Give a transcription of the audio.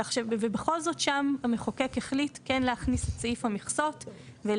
כך שבכל זאת המחוקק החליט כן להכניס את סעיף המכסות כדי